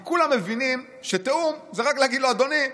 כי כולם מבינים ש"בתיאום" זה רק להגיד לו: אדוני,